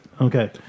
Okay